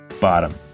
Bottom